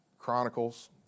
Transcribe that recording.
Chronicles